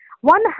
one